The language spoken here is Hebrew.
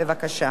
בבקשה.